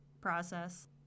process